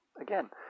again